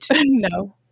No